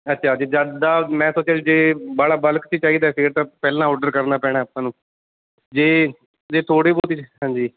ਅੱਛਿਆ ਜੀ ਜ਼ਿਆਦਾ ਮੈਂ ਸੋਚਿਆ ਵੀ ਜੇ ਬਾਹਲਾ ਬਲਕ ਸੀ ਚਾਹੀਦਾ ਫਿਰ ਤਾਂ ਪਹਿਲਾਂ ਔਡਰ ਕਰਨਾ ਪੈਣਾ ਆਪਾਂ ਨੂੰ ਜੇ ਥੋੜ੍ਹੀ ਬਹੁਤੀ ਹਾਂਜੀ